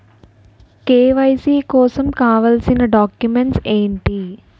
KYC కోసం కావాల్సిన documents ఎంటి?